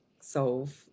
solve